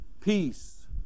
Peace